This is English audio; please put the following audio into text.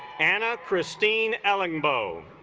anna christine ellen bo